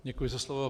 Děkuji za slovo.